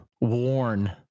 worn